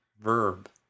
verb